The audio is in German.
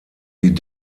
die